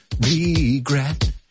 regret